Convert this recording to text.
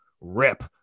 rip